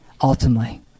Ultimately